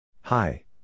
Hi